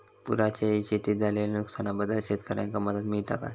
पुराच्यायेळी शेतीत झालेल्या नुकसनाबद्दल शेतकऱ्यांका मदत मिळता काय?